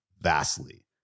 vastly